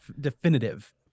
definitive